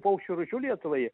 paukščių rūšių lietuvoje